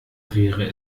wäre